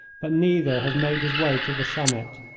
but neither has made his way to the summit.